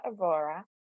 Aurora